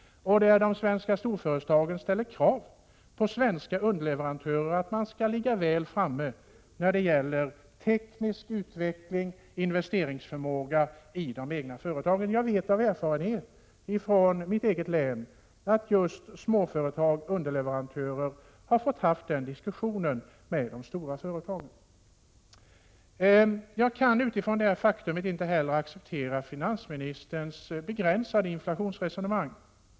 De svenska storföretagen ställer krav på att de svenska underleverantörerna skall ligga väl framme när det gäller teknisk utveckling och investeringsförmåga i de egna företagen. Jag vet av erfarenhet från mitt eget län att just små företag, underleverantörer, har fått föra den diskussionen med de stora företagen. Jag kan utifrån detta faktum inte heller acceptera finansministerns begränsade inflationsresonemang.